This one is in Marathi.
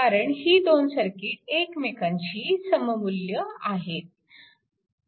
कारण ही दोन सर्किट एकमेकांशी सममुल्य आहेत